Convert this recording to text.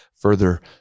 further